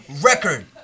record